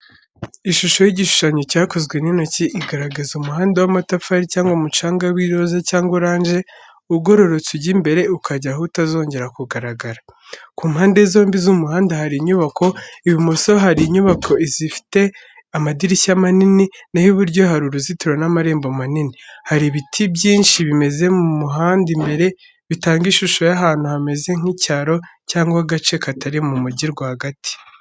Ishusho y’igishushanyo cyakozwe n’intoki, igaragaza umuhanda w’amatafari cyangwa umucanga w’iroza cyangwa orange ugororotse ujya imbere ukagera aho utazongera kugaragara. ku mpande zombi z’umuhanda hari inyubako: ibumoso harimo inyubako zifite amadirishya manini, naho iburyo hari uruzitiro n’amarembo manini. hari ibiti byinshi bimeze mu muhanda imbere, bitanga ishusho y’ahantu hameze nk’icyaro cyangwa agace gatari mu mujyi rwagati.